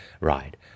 ride